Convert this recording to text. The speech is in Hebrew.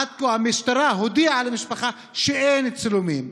עד כה המשטרה הודיעה למשפחה שאין צילומים.